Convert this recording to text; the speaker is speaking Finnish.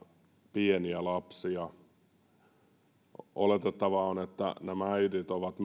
pieniä lapsia oletettavaa on että nämä äidit ovat